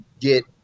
get